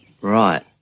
Right